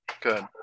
Good